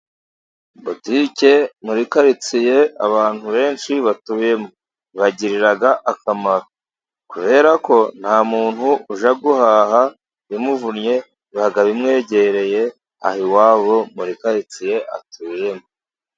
Botike muri karitsiye abantu benshi batuyemo, ibagirira akamaro. kubera ko nta muntu ujya guhaha bimuvunnye, biba bimwegereye aho iwabo muri karitsiye atuyemo.